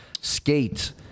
Skate